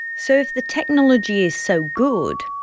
so if the technology is so good,